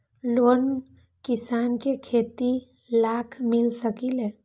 Loan किसान के खेती लाख मिल सकील?